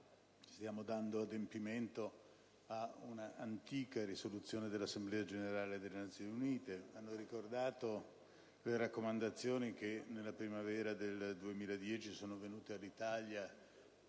stiamo dando adempimento ad una antica risoluzione dell'Assemblea Generale delle Nazioni Unite. Hanno ricordato le raccomandazioni pervenute all'Italia